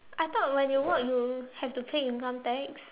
I thought when you work you have to pay income tax